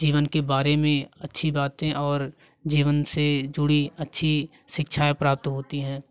जीवन के बारे में अच्छी बातें और जीवन से जुड़ी अच्छी शिक्षाएँ प्राप्त होती हैं